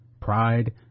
Pride